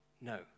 No